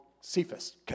Cephas